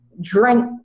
drink